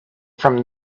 from